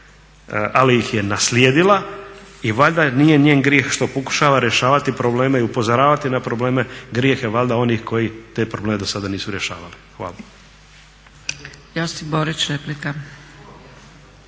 ali ih je naslijedila i valjda nije njen grijeh što pokušava rješavati probleme i upozoravati na probleme, grijeh je valjda onih koji te probleme do sada nisu rješavali. Hvala.